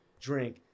drink